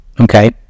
Okay